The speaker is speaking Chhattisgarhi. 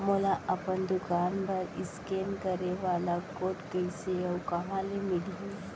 मोला अपन दुकान बर इसकेन करे वाले कोड कइसे अऊ कहाँ ले मिलही?